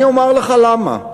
אני אומר לך למה.